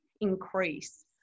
increase